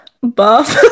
buff